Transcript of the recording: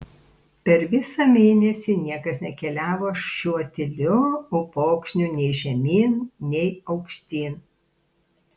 per visą mėnesį niekas nekeliavo šiuo tyliu upokšniu nei žemyn nei aukštyn